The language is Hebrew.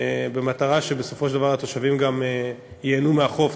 במטרה שהתושבים בסופו של דבר ייהנו מהחוף.